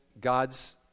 God's